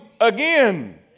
again